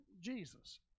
Jesus